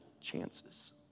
chances